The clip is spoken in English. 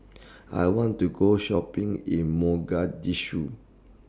I want to Go Shopping in Mogadishu